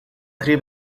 three